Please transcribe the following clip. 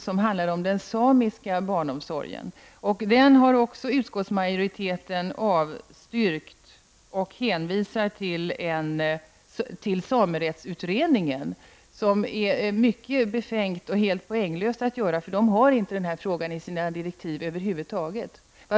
Den handlar om den samiska barnomsorgen. Den motionen har också avstyrkts av utskottsmajoriteten, som hänvisar till samerättsutredningen. Det är mycket befängt och helt poänglöst att göra det, för den utredningen har över huvud taget inte den här frågan i sina direktiv.